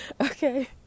Okay